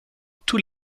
tous